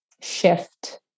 shift